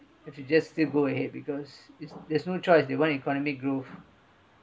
if you just still go ahead because it's there's no choice they want economic growth